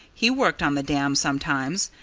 he worked on the dam sometimes,